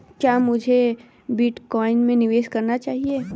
क्या मुझे बिटकॉइन में निवेश करना चाहिए?